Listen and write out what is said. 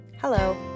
Hello